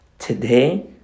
Today